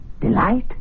delight